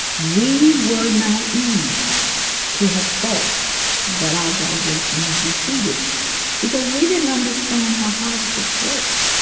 we were naive to have thought that our delegation would be seated because we didn't understand how politics worked.